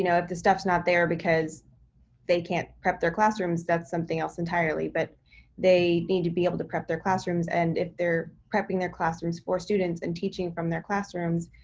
you know the stuff's not there because they can't prep their classrooms, that's something else entirely. but they need to be able to prep their classrooms. and if they're prepping their classrooms for students and teaching from their classrooms,